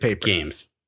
games